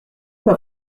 pas